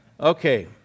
Okay